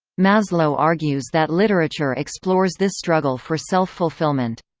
maslow argues that literature explores this struggle for self-fulfillment.